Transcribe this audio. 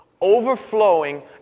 overflowing